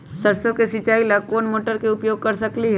सरसों के सिचाई ला कोंन मोटर के उपयोग कर सकली ह?